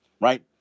right